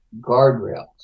guardrails